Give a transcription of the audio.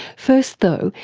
first though,